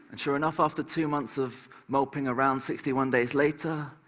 and sure enough after two months of moping around, sixty one days later,